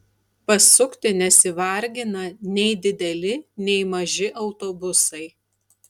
pasukti nesivargina nei dideli nei maži autobusai